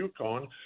UConn